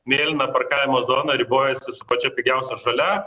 mėlyna parkavimo zona ribojasi su pačia pigiausia žalia